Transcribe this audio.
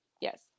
Yes